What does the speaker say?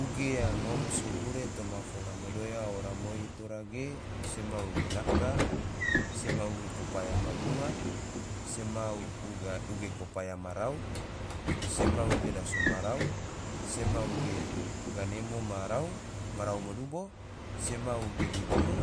Uge yang ngom sogure toma fola madoya ora moi tora ge sema uge naka, sema uge kopaya ma bunga, sema uge kopaya ma rau, sema uge daso ma rau, sema uge ganemo ma rau ma dubo, sema uge diburu,